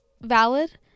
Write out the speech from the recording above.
valid